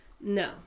No